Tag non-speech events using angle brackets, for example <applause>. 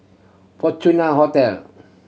Fortune <unintelligible> Hotel